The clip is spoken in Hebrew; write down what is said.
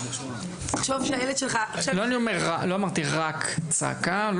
תחשוב שהילד שלך --- לא אמרתי "רק צעקה".